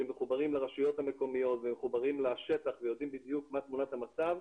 שמחוברים לרשויות המקומיות ומחוברים לשטח ויודעים בדיוק מה תמונת המצב,